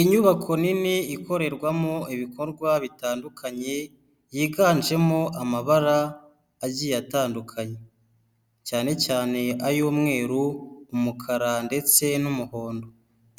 Inyubako nini ikorerwamo ibikorwa bitandukanye yiganjemo amabara agiye atandukanye, cyane cyane: ay'umweru, umukara, ndetse n'umuhondo.